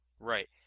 Right